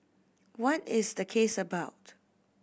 what is the case about